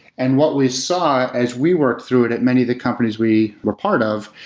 and what we saw as we worked through it at many of the companies we were part of,